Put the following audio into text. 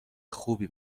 خوبی